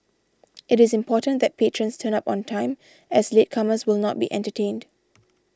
it is important that patrons turn up on time as latecomers will not be entertained